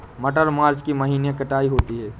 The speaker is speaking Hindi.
मटर मार्च के महीने कटाई होती है?